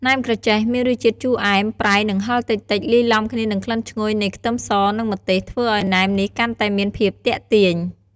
ណែមក្រចេះមានរសជាតិជូរអែម ប្រៃ និងហឹរតិចៗ លាយឡំគ្នានឹងក្លិនឈ្ងុយនៃខ្ទឹមសនិងម្ទេស ធ្វើឱ្យណែមនេះកាន់តែមានភាពទាក់ទាញ។